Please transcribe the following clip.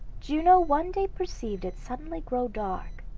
juno one day perceived it suddenly grow dark,